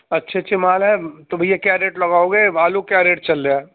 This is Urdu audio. اچھے اچھے مال ہیں تو بھیا کیا ریٹ لگاؤ گے آلو کے کیا ریٹ چل رہا ہے